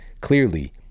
clearly